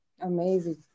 Amazing